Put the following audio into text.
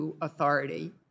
authority